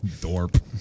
Dorp